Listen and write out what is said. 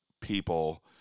people